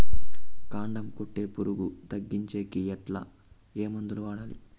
కాండం కొట్టే పులుగు తగ్గించేకి ఎట్లా? ఏ మందులు వాడాలి?